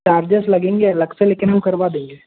charges लगेंगे अलग से लेकिन वो करवा देंगे